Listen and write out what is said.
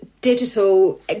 digital